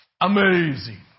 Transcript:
amazing